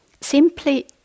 simply